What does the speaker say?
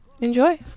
enjoy